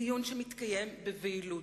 דיון שמתקיים בבהילות,